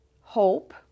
hope